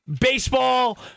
baseball